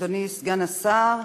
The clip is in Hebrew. אדוני סגן השר,